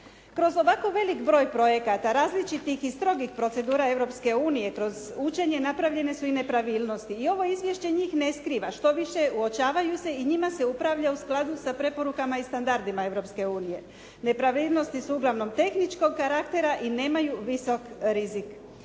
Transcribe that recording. Kroz ovako velik broj projekata različitih i strogih procedura Europske unije, kroz učenje napravljene su i nepravilnosti i ovo izvješće njih ne skriva, štoviše uočavaju se i njima se upravlja u skladu sa preporukama i standardima Europske unije. Nepravilnosti su uglavnom tehničkog karaktera i nemaju visok rizik.